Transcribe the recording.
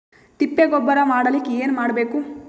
ತಿಪ್ಪೆ ಗೊಬ್ಬರ ಮಾಡಲಿಕ ಏನ್ ಮಾಡಬೇಕು?